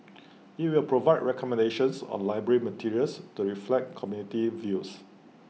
IT will provide recommendations on library materials to reflect community views